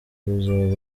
ruzaba